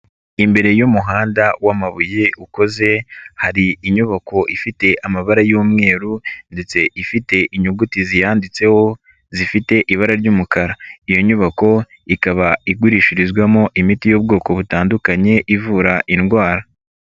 Imbere y'umuhanda w'amabuye ukoze hari inyubako ifite amabara y'umweru ndetse ifite inyuguti ziyanditseho zifite ibara ry'umukara, iyo nyubako ikaba igurishirizwamo imiti y'ubwoko butandukanye ivura indwara.